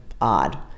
odd